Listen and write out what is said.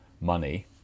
money